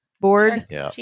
board